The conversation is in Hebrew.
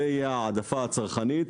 זה יהיה ההעדפה הצרכנית,